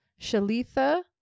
Shalitha